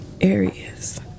areas